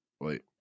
wait